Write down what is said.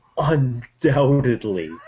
Undoubtedly